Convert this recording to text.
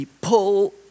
Pull